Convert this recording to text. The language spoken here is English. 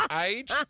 Age